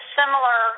similar